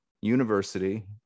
university